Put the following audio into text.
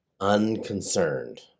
unconcerned